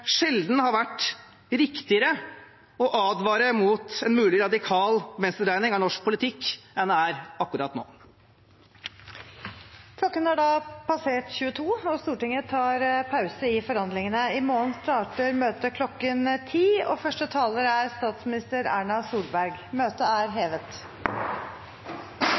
sjelden har vært riktigere å advare mot en mulig radikal venstredreining av norsk politikk enn det er akkurat nå. Klokken har da passert 22, og Stortinget tar pause i forhandlingene. I morgen starter møtet kl. 10, og første taler er statsminister Erna Solberg. – Møtet er hevet.